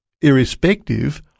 irrespective